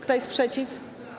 Kto jest przeciw?